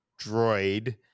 droid